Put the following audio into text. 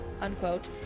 unquote